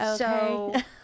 Okay